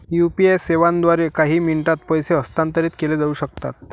UPI सेवांद्वारे काही मिनिटांत पैसे हस्तांतरित केले जाऊ शकतात